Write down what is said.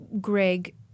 Greg